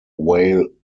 whale